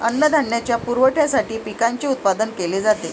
अन्नधान्याच्या पुरवठ्यासाठी पिकांचे उत्पादन केले जाते